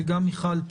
וגם למיכל,